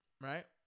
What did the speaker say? right